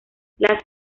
las